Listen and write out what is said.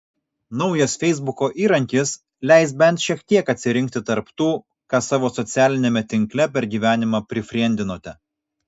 naujas feisbuko įrankis leis bent šiek tiek atsirinkti tarp tų ką savo socialiniame tinkle per gyvenimą prifriendinote